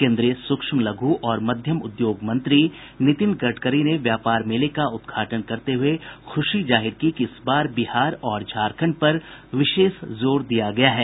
केन्द्रीय सूक्ष्म लघु और मध्यम उद्योग मंत्री नितिन गडकरी ने व्यापार मेले का उद्घाटन करते हुए खुशी जाहिर की कि इस बार बिहार और झारखंड पर विशेष जोर दिया गया है